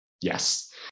Yes